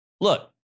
Look